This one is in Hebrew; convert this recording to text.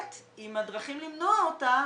זה נושא שמלווה אותנו